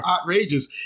Outrageous